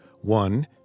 One